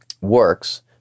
works